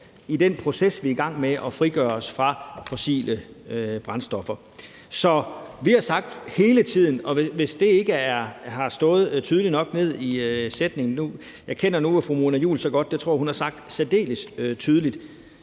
er en proces, hvor vi er i gang med at frigøre os fra fossile brændstoffer. Så det har vi sagt hele tiden, og hvis det ikke er fremgået tydeligt nok helt ned på sætningsniveau – jeg kender nu fru Mona Juul så godt, at jeg tror, hun har sagt det særdeles tydeligt